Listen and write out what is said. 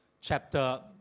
chapter